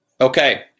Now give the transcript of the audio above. Okay